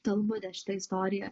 talmudė šita istorija